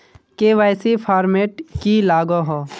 KYC format की लागोहो?